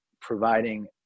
providing